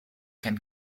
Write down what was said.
can